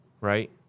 right